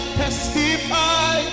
testify